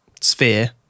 sphere